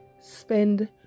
spend